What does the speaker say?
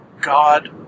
God